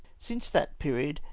since that period,